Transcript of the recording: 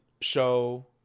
show